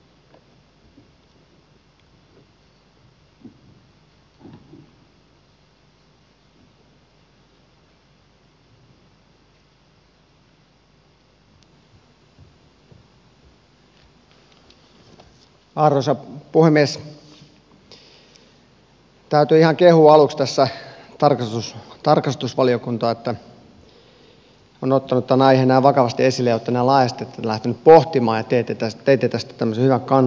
täytyy ihan kehua aluksi tässä tarkastusvaliokuntaa että olette ottaneet tämän aiheen näin vakavasti esille ja olette näin laajasti tätä lähteneet pohtimaan ja teitte tästä tämmöisen hyvän kannanoton